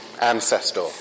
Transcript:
ancestor